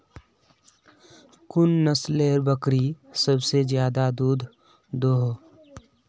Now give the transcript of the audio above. कुन नसलेर बकरी सबसे ज्यादा दूध दो हो?